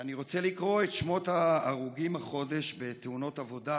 אני רוצה לקרוא את שמות ההרוגים החודש בתאונות עבודה.